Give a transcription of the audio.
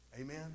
Amen